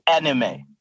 anime